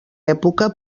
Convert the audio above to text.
època